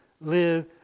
live